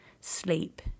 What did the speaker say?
sleep